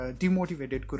demotivated